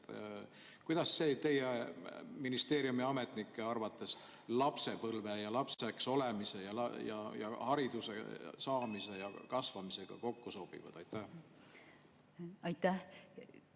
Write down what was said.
Kuidas see teie ministeeriumi ametnike arvates lapsepõlve ja lapseks olemise ja hariduse saamise ja kasvamisega kokku sobib? Aitäh,